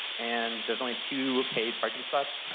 and there's only two paid parking spots.